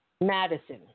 Madison